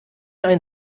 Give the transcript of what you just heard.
ein